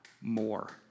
more